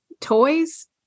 toys